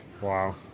Wow